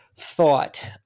thought